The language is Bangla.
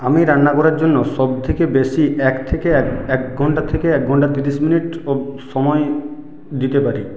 আমি রান্না করার জন্য সব থেকে বেশি এক থেকে এক এক ঘন্টা থেকে এক ঘন্টা তিরিশ মিনিট অব সময় দিতে পারি